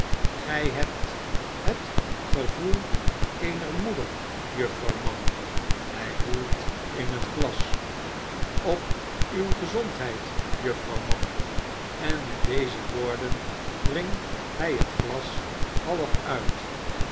gij hebt het gevoel eener moeder juffrouw mann hij roert in het glas op uwe gezondheid juffrouw mann en met deze woorden drinkt hij het glas half uit